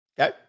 Okay